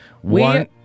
One